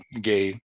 gay